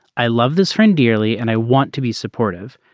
i love this friend dearly and i want to be supportive.